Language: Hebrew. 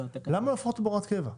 למה לא לעשות אותם כהוראת קבע?